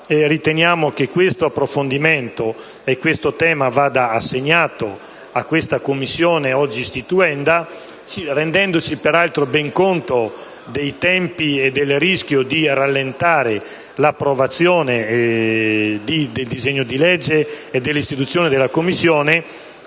Riteniamo che tale approfondimento e questo tema vadano assegnati alla Commissione oggi istituenda, rendendoci peraltro ben conto dei tempi e del rischio di rallentare l'approvazione del disegno di legge istitutivo della Commissione.